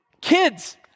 Kids